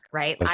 right